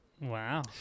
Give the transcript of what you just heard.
Wow